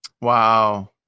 Wow